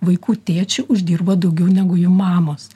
vaikų tėčių uždirba daugiau negu jų mamos